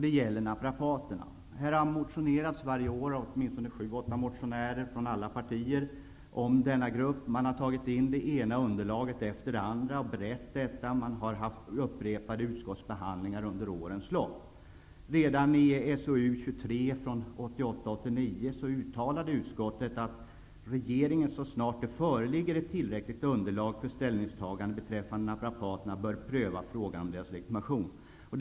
Det gäller naprapaterna. Varje år har motionärer från alla partier -- det handlar om åtminstone sju åtta motionärer -- väckt motioner om nämnda grupp. Man har tagit in det ena underlaget efter det andra och berett ärendet. Dessutom har det varit upprepade utskottsbehandlingar under årens lopp. Redan i socialutskottets betänkande 1988/89:23 uttalade utskottet ''att regeringen så snart det föreligger ett tillräckligt underlag för ställningstagande beträffande naprapaterna, bör pröva frågan om deras legitimation''.